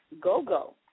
go-go